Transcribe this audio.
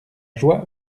joie